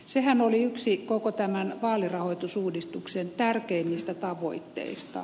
sehän oli yksi koko tämän vaalirahoitusuudistuksen tärkeimmistä tavoitteista